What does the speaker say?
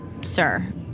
sir